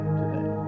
today